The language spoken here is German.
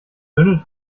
bündel